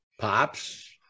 Pops